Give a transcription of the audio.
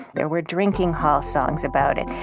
there were drinking hall songs about it.